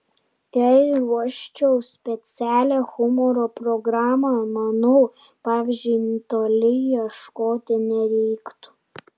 jei ruoščiau specialią humoro programą manau pavyzdžių toli ieškoti nereiktų